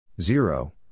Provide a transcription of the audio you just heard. Zero